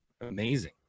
amazing